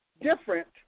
different